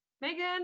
megan